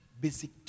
Basic